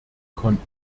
konten